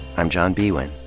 i'm john biewen.